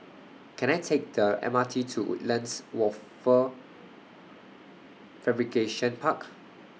Can I Take The M R T to Woodlands Wafer Fabrication Park